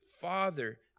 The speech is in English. Father